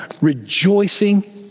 rejoicing